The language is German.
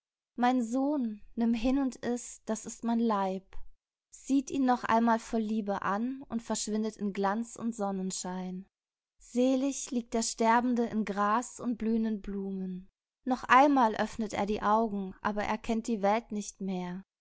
mein sohn nimm hin und iß das ist mein leib sieht ihn noch einmal voll liebe an und verschwindet in glanz und sonnenschein selig liegt der sterbende in gras und blühenden blumen noch einmal öffnet er die augen aber er kennt die welt nicht mehr